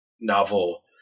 novel